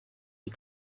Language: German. die